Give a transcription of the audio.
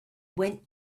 went